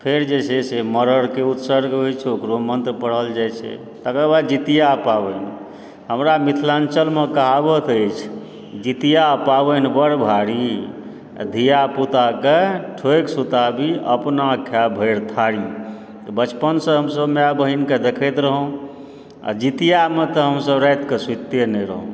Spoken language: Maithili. फेर जे छै से मड़ड़के उत्सर्ग होइ छै ओकरो मन्त्र पढ़ल जाइ छै तकर बाद जितिया पाबनि हमरा मिथिलाञ्चलमऽ कहावत अछि जितिया पाबनि बड़ भारी आ धिया पूताक ठोकि सुताबी अपना खाय भरि थारी तऽ बचपनसँ हमसभ माय बहिनके देखैत रहहुँ आ जितियामे तऽ हमसभ रातिके सुतिते नहि रहहुँ